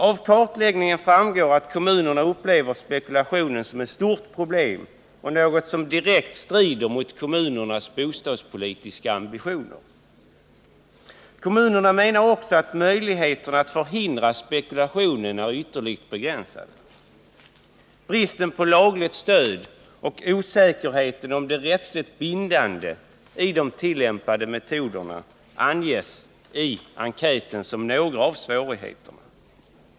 Av kartläggningen framgår att kommunerna upplever spekulationen som ett stort problem och något som direkt strider mot kommunernas bostadspolitiska ambitioner. Kommunerna menar också att möjligheterna att förhindra spekulationen är ytterligt begränsade. Bristen på lagligt stöd och osäkerheten om det rättsligt bindande i de tillämpade metoderna anges i enkäten som några av svårigheterna.